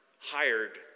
hired